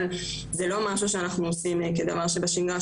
אבל זה לא משהו שאנחנו עושים כדבר שבשגרה,